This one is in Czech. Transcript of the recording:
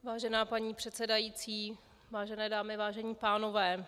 Vážená paní předsedající, vážené dámy, vážení pánové.